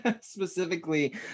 specifically